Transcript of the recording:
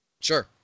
Sure